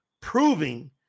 proving